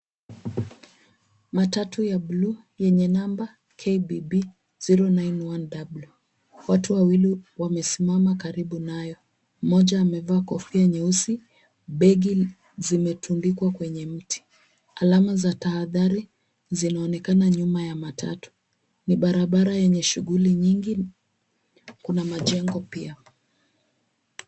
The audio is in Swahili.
Matatu ya blue yenye namba KBB 091W. Watu wawili wamesimama karibu nayo. Moja amevaa kofia nyeusi begi zimetumbikwa kwenye miti. Alama za tahadhari zinaonekana nyuma ya matatu. Ni barabara yenye shughuli nyingi kuna majengo pia.